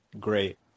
great